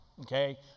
okay